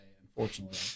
unfortunately